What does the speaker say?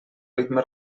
ritme